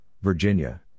Virginia